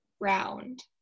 round